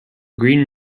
green